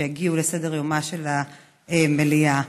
שיגיעו לסדר-יומה של המליאה.